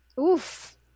Oof